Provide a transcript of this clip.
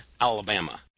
Alabama